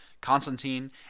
Constantine